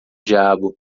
diabo